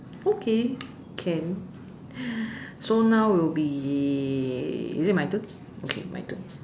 okay can so now will be is it my turn okay my turn